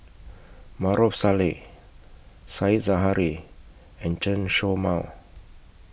Maarof Salleh Said Zahari and Chen Show Mao